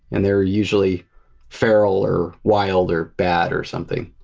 and they're usually feral or wild or bad or something.